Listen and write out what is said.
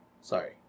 Sorry